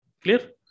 clear